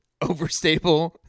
overstable